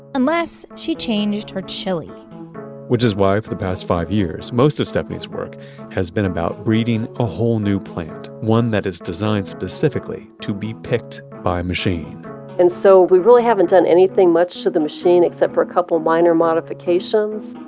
unless she changed her chili which is why, for the past five years, most of stephanie's work has been about breeding a whole new plant. one that is designed specifically to be picked by a machine and so we really haven't done anything much to the machine, except for a couple of minor modifications.